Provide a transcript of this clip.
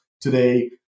today